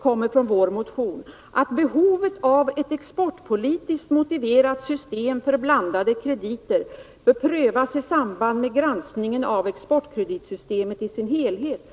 kommer från vår motion, och det är att ”behovet av ett exportpolitiskt motiverat system för blandade krediter prövas i samband med granskningen av exportkreditsystemet i sin helhet.